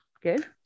Good